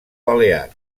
balear